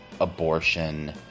abortion